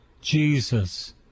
Jesus